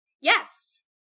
Yes